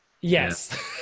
Yes